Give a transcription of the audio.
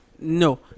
No